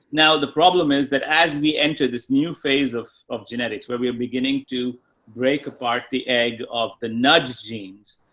now the problem is that as we enter this new phase of, of genetics where we are beginning to break apart the egg of the nudge genes,